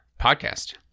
podcast